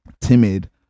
timid